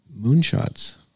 moonshots